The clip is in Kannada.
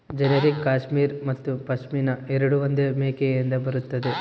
ಜೆನೆರಿಕ್ ಕ್ಯಾಶ್ಮೀರ್ ಮತ್ತು ಪಶ್ಮಿನಾ ಎರಡೂ ಒಂದೇ ಮೇಕೆಯಿಂದ ಬರುತ್ತದೆ